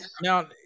Now